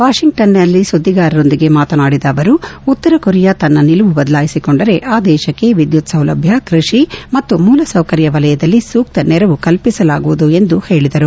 ವಾಷಿಂಗ್ನನ್ನಲ್ಲಿ ಸುದ್ದಿಗಾರರೊಂದಿಗೆ ಮಾತನಾಡಿದ ಅವರು ಉತ್ತರ ಕೊರಿಯಾ ತನ್ನ ನಿಲುವು ಬದಲಾಯಿಸಿಕೊಂಡರೆ ಆ ದೇಶಕ್ಕೆ ವಿದ್ಯುತ್ ಸೌಲಭ್ಯ ಕೃಷಿ ಮತ್ತು ಮೂಲಸೌಕರ್ಯ ವಲಯದಲ್ಲಿ ಸೂಕ್ತ ನೆರವು ಕಲ್ಪಿಸಲಾಗುವುದು ಎಂದು ಹೇಳಿದರು